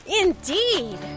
Indeed